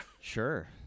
Sure